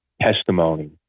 testimony